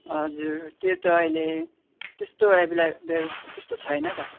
हजुर त्यो त अहिले त्यस्तो एभाइलेवल त्यस्तो छैन त